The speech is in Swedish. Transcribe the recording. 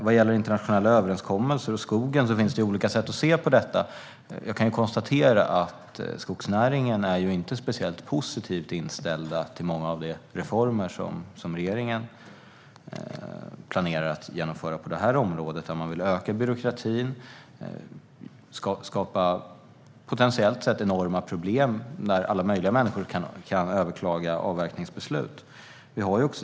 Vad gäller internationella överenskommelser om skogen finns det olika sätt att se på dessa. Jag kan konstatera att skogsnäringen inte är speciellt positivt inställd till många av de reformer som regeringen planerar att genomföra på området, där man vill öka byråkratin och skapa potentiellt sett enorma problem när alla möjliga människor kan överklaga avverkningsbeslut.